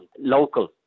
local